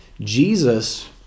Jesus